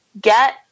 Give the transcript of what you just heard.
get